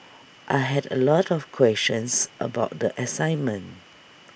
I had A lot of questions about the assignment